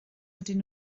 ydyn